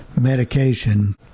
medication